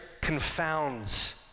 confounds